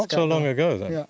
not so long ago then. yeah